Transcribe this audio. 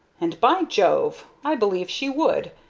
and, by jove! i believe she would,